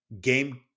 game